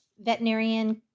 veterinarian